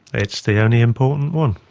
it's the only important one,